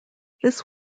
this